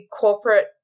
corporate